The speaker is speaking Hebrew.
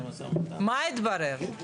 מה התברר?